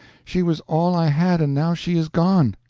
she was all i had, and now she is gone!